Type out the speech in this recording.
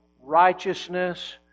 righteousness